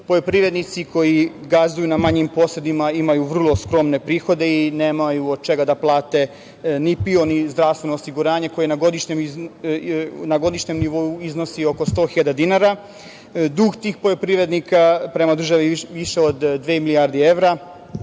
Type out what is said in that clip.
Poljoprivrednici koji gazduju na manjim posedima imaju vrlo skromne prihode i nemaju od čega da plate ni PIO, ni zdravstveno osiguranje koje na godišnjem nivou iznosi oko 100 hiljada dinara. Dug tih poljoprivrednika prema državi je više od dve milijarde evra,